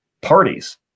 parties